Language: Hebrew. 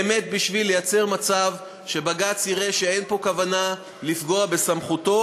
באמת בשביל לייצר מצב שבג"ץ יראה שאין פה כוונה לפגוע בסמכותו.